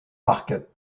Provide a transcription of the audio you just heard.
marquet